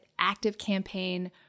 ActiveCampaign